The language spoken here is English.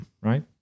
Right